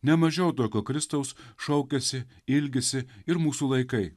ne mažiau tokio kristaus šaukiasi ilgisi ir mūsų laikai